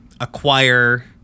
acquire